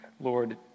Lord